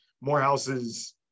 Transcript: Morehouse's